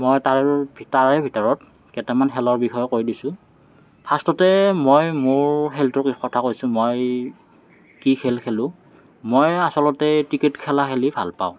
মই তাৰ তাৰে ভিতৰত কেইটামান খেলৰ বিষয়ে কৈ দিছোঁ ফাৰ্ষ্টতে মই মোৰ খেলটোৰ কথা কৈছোঁ মই কি খেল খেলোঁ মই আচলতে ক্ৰিকেট খেলা খেলি ভাল পাওঁ